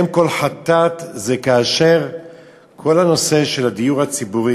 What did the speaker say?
אם כל חטאת זה כאשר כל הנושא של הדיור הציבורי,